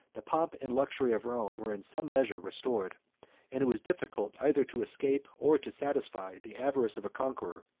the pomp and luxury of rome were in some measure restored and it was difficult either to escape, or to satisfy, the avarice of a conqueror,